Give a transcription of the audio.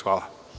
Hvala.